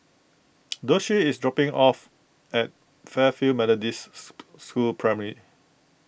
Doshie is dropping off at Fairfield Methodist School Primary